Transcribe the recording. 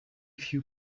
few